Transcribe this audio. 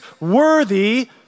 worthy